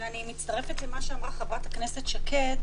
אני מצטרפת למה שאמרה חברת הכנסת שקד,